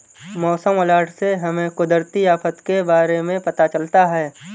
मौसम अलर्ट से हमें कुदरती आफत के बारे में पता चलता है